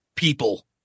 people